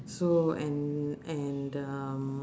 so and and um